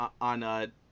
on